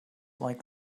like